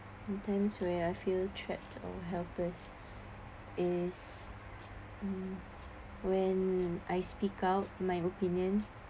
sometimes where I feel trapped or helpless is mm when I speak out my opinion